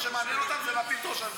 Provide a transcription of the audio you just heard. מה שמעניין אותן זה להפיל את ראש הממשלה,